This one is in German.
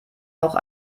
auch